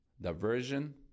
diversion